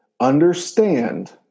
Understand